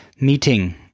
meeting